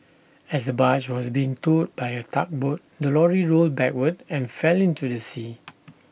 as barge was being towed by A tugboat the lorry rolled backward and fell into the sea